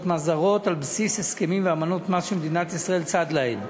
מס זרות על בסיס הסכמים ואמנות מס שמדינת ישראל צד להם.